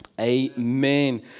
Amen